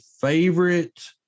favorite